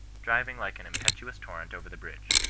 driving like an im petuous torrent over the bridge.